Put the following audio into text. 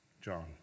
John